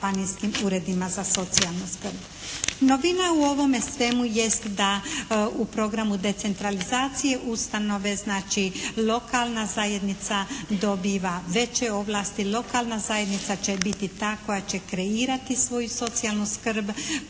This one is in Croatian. uredima za socijalnu skrb. Novina u ovome svemu jest da u programu decentralizacije ustanove, znači lokalna zajednica dobiva veće ovlasti. Lokalna zajednica će biti ta koja će kreirati svoju socijalnu skrb,